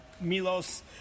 Milos